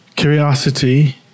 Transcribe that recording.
Curiosity